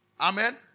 Amen